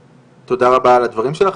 תודה רבה על הדברים שלך,